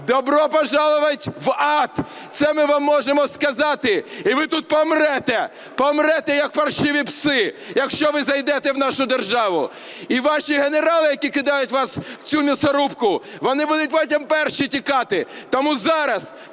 Добро пожаловать в ад! Це ми вам можемо сказати, і ви тут помрете, помрете, як паршиві пси, якщо ви зайдете в нашу державу. І ваші генерали, які кидають вас в цю м'ясорубку, вони будуть потім перші тікати. Тому зараз